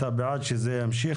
אתה בעד שזה ימשיך,